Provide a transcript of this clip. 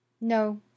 No